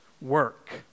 work